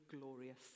glorious